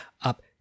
up